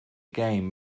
game